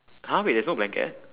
!huh! wait there's no blanket